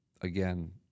again